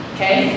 Okay